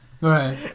Right